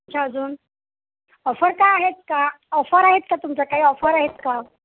अच्छा अजून ऑफर काय आहेत का ऑफर आहेत का तुमचं काही ऑफर आहेत का